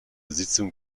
sitzung